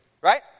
Right